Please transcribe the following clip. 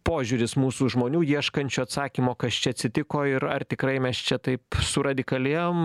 požiūris mūsų žmonių ieškančių atsakymo kas čia atsitiko ir ar tikrai mes čia taip suradikalėjom